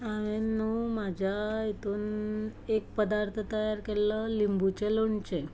हांवें न्हय म्हज्या हातून एक पदार्थ तयार केल्लो लिंबूचें लोणचें